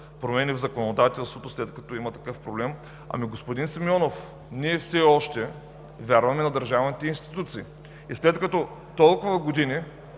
промени в законодателството, след като има такъв проблем? Господин Симеонов, ние все още вярваме на държавните институции и след като толкова години